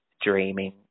dreaming